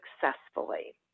successfully